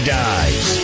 dies